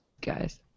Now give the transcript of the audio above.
guys